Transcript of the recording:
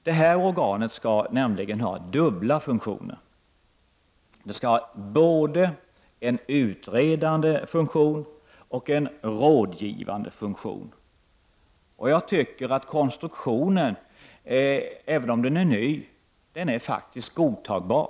Det här organet skall nämligen ha dubbla funktioner, ”det skall ha både en utredande funktion och en rådgivande funktion.” Jag tycker att konstruktionen, även om den är ny, faktiskt är godtagbar.